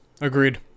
Agreed